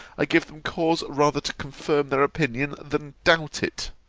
i give them cause rather to confirm their opinion than doubt it.